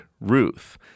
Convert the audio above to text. Ruth